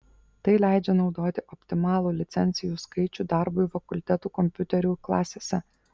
tai leidžia naudoti optimalų licencijų skaičių darbui fakultetų kompiuterių klasėse